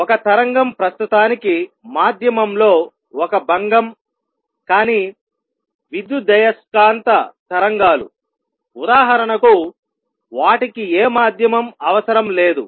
ఒక తరంగం ప్రస్తుతానికి మాధ్యమంలో ఒక భంగం కానీ విద్యుదయస్కాంత తరంగాలు ఉదాహరణకు వాటికి ఏ మాధ్యమం అవసరం లేదు